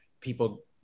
people